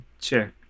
check